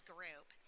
Group